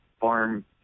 farm